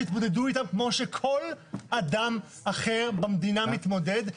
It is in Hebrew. שיתמודדו איתן כמו שכל אדם אחר במדינה מתמודד,